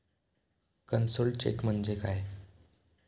Cancelled cheque म्हणजे काय?